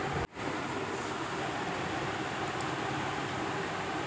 आई ban में वर्णमाला और नंबर दोनों ही होते हैं